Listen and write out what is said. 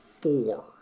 four